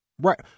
Right